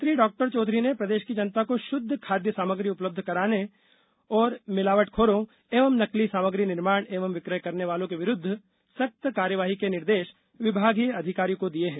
मंत्री डॉ चौधरी ने प्रदेश की जनता को शुद्ध खादय सामग्री उपलब्ध कराने और भिलावटखोरों एवं नकली सामग्री निर्माण एवं विक्रय करने वालों के विरूदध सख्त कार्यवाही के निर्देश विभागीय अधिकारियों को दिये हैं